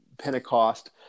Pentecost